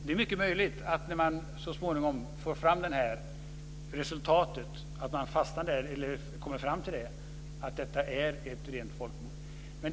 Det är mycket möjligt att när man så småningom får resultatet kommer man fram till att detta var ett rent folkmord.